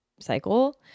cycle